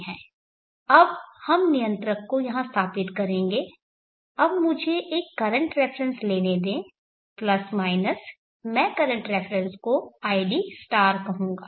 अब हम नियंत्रक को यहां स्थापित करेंगे अब मुझे एक करंट रेफरेन्स लेने दें प्लस माइनस मैं करंट रेफरेन्स को id कहूंगा